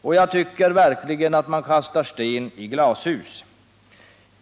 Men jag anser verkligen att man kastar sten när man sitter i glashus.